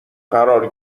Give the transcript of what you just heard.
قرار